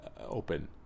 open